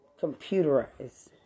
Computerized